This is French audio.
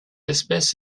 espèce